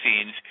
scenes